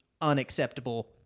unacceptable